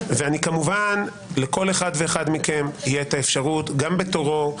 כמובן לכל אחד ואחד מכם תהיה אפשרות גם בתורו,